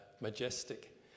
majestic